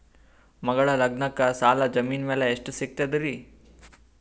ಮಗಳ ಲಗ್ನಕ್ಕ ಸಾಲ ಜಮೀನ ಮ್ಯಾಲ ಎಷ್ಟ ಸಿಗ್ತದ್ರಿ?